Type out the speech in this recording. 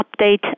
update